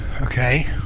okay